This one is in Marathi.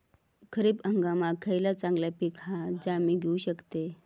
खरीप हंगामाक खयला चांगला पीक हा जा मी घेऊ शकतय?